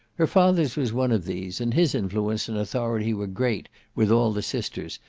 her father's was one of these, and his influence and authority were great with all the sisters,